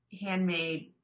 handmade